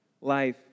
life